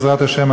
בעזרת השם,